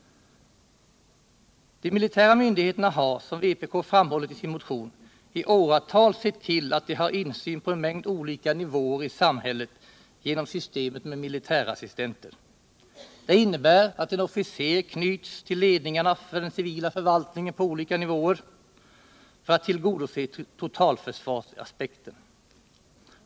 De militära myndigheterna har, som vpk framhållit i sin motion, i åratal sett till att de har insyn på en mängd olika nivåer i samhället genom systemet med militärassistenter. Det innebär att en officer knyts till ledningarna för den civila förvaltningen på olika nivåer för att tillgodose totalförsvarsaspekten.